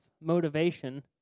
motivation